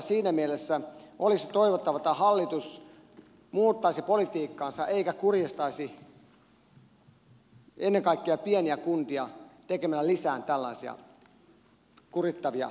siinä mielessä olisi toivottavaa että hallitus muuttaisi politiikkaansa eikä kurjistaisi ennen kaikkea pieniä kuntia tekemällä lisää tällaisia kurittavia päätöksiä